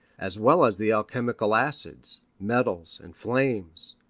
as well as the alchemical acids, metals, and flames.